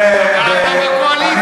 אתה בקואליציה, מה אתה רוצה?